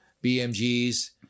BMG's